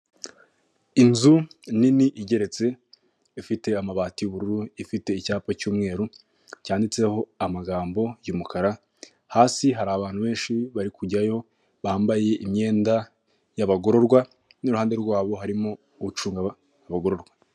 Inzu nini igeretse, ifite amabati y'ubururu ifite icyapa cy'umweru cyanditseho amagambo y'umukara, hasi hari abantu benshi bari kujyayo bambaye imyenda y'abagororwa, n'iruhande rwabo harimo ugucunga abagororwa.